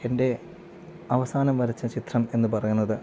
എൻ്റെ അവസാനം വരച്ച ചിത്രം എന്ന് പറയുന്നത്